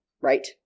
right